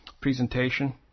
presentation